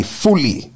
fully